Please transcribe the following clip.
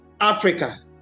Africa